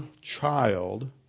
child